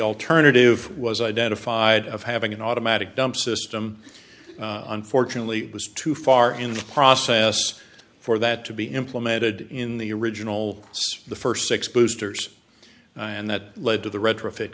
alternative was identified of having an automatic dump system unfortunately was too far in the process for that to be implemented in the original the first six boosters and that led to the retrofit